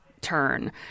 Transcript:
turn